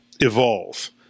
evolve